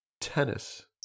Tennis